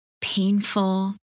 painful